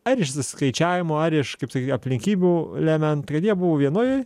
ar išsiskaičiavimo ar iš kaip sakyt aplinkybių lement kad jie buvo vienoj